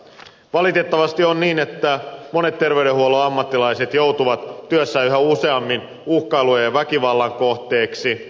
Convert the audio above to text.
valitettavasti on niin että monet terveydenhuollon ammattilaiset joutuvat työssään yhä useammin uhkailujen ja väkivallan kohteeksi